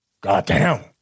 Goddamn